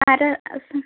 ആരാണ്